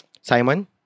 Simon